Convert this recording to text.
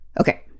okay